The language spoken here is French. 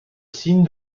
signe